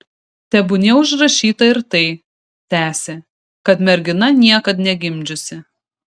tebūnie užrašyta ir tai tęsė kad mergina niekad negimdžiusi